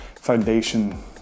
foundation